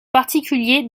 particulier